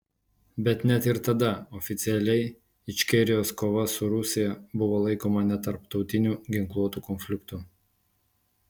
bet net ir tada oficialiai ičkerijos kova su rusija buvo laikoma netarptautiniu ginkluotu konfliktu